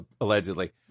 allegedly